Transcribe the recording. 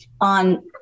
on